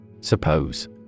Suppose